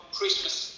Christmas